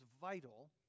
vital